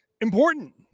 important